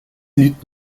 lied